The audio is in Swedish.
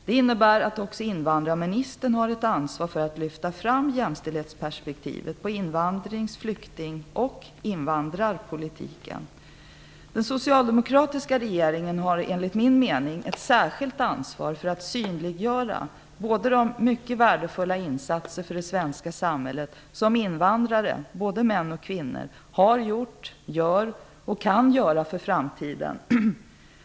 Det innebär att också invandrarministern har ett ansvar för att lyfta fram jämställdhetsperspektivet på invandrings-, flykting och invandrarpolitiken. Den socialdemokratiska regeringen har enligt min mening ett särskilt ansvar för att synliggöra både de mycket värdefulla insatser för det svenska samhället som invandrare - både män och kvinnor - har gjort, gör och kan göra för framtiden.